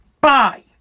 Bye